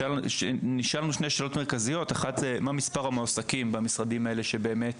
נשאלנו שתי שאלות מרכזיות: מה מספר המועסקים במשרדים האלה שבאמת